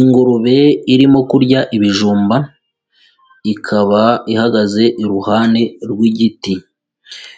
Ingurube irimo kurya ibijumba, ikaba ihagaze iruhande rw'igiti.